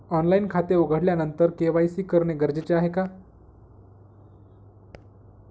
Online खाते उघडल्यानंतर KYC करणे गरजेचे आहे का?